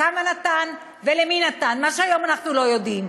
כמה נתן ולמי נתן, מה שהיום אנחנו לא יודעים.